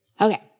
Okay